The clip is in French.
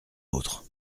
autre